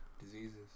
diseases